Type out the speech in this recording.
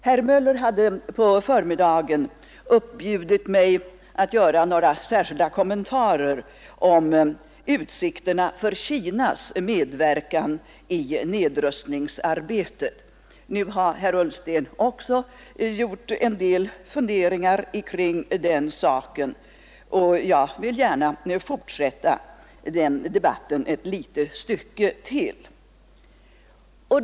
Herr Möller i Gävle har på förmiddagen bett mig att göra några kommentarer om utsikterna att få Kinas medverkan i nedrustningsarbetet. Nu har herr Ullsten också gjort en del funderingar kring den saken, och jag vill gärna fortsätta ett litet stycke med den debatten.